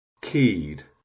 keed